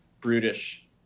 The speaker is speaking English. brutish